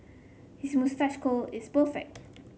his moustache curl is perfect